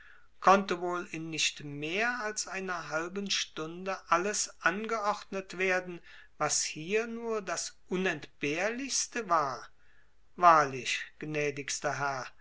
konnte wohl in nicht mehr als einer halben stunde alles angeordnet werden was hier nur das unentbehrlichste war wahrlich gnädigster herr